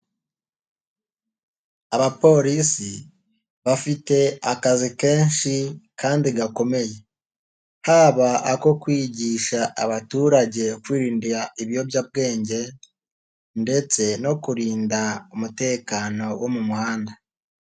Abapolisi bafite akazi kenshi kandi gakomeye, haba ako kwigisha abaturage kwirindandi ibiyobyabwenge ndetse no kurinda umutekano wo mu muhanda.